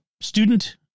student